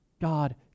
God